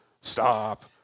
stop